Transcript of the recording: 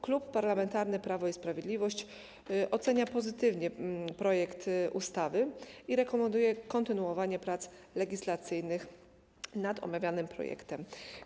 Klub Parlamentarny Prawo i Sprawiedliwość ocenia pozytywnie projekt ustawy i rekomenduje kontynuowanie prac legislacyjnych nad omawianym projektem.